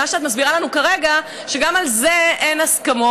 על מה שאת מסבירה לנו כרגע גם על זה אין הסכמות,